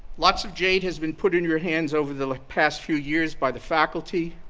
lots of jade has been put in your hands over the like past few years by the faculty,